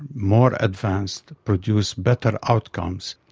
more advanced, produce better outcomes,